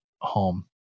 home